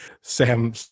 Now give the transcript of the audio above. Sam